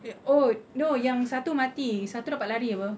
uh oh no yang satu mati satu dapat lari apa